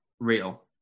real